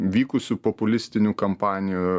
vykusių populistinių kampanijų